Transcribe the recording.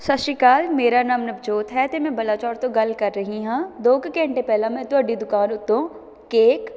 ਸਤਿ ਸ਼੍ਰੀ ਅਕਾਲ ਮੇਰਾ ਨਾਮ ਨਵਜੋਤ ਹੈ ਅਤੇ ਮੈਂ ਬਲਾਚੌਰ ਤੋਂ ਗੱਲ ਕਰ ਰਹੀ ਹਾਂ ਦੋ ਕੁ ਘੰਟੇ ਪਹਿਲਾਂ ਮੈਂ ਤੁਹਾਡੀ ਦੁਕਾਨ ਉੱਤੋਂ ਕੇਕ